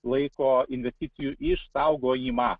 laiko investicijų išsaugojimą